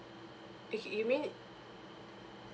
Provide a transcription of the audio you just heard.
okay you mean